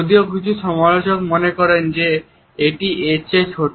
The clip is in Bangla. যদিও কিছু সমালোচক মনে করেন এটি এর চেয়েও ছোট